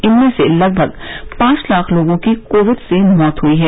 इनमें से लगभग पांच लाख लोगों की कोविड से मौत हुई है